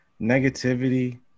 negativity